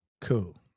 Cool